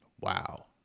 Wow